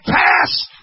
passed